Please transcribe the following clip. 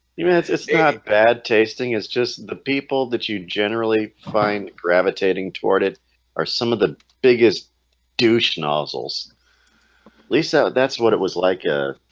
even it's it's not bad tasting it's just the people that you generally find gravitating toward it are some of the biggest douche nozzles lisa that's what it was like ah